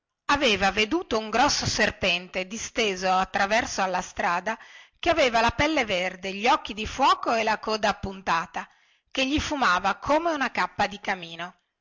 aveva veduto un grosso serpente disteso attraverso alla strada che aveva la pelle verde gli occhi di fuoco e la coda appuntuta che gli fumava come una cappa di camino